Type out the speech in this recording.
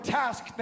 task